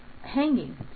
hanging